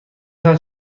تان